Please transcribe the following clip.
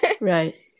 Right